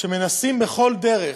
שמנסים בכל דרך,